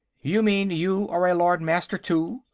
you mean, you are a lord-master, too?